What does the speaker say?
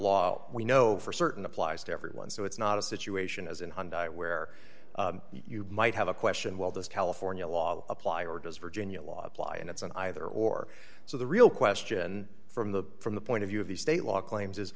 law we know for certain applies to everyone so it's not a situation as in one day where you might have a question while this california law apply or does virginia law apply and it's an either or so the real question from the from the point of view of the state law claims is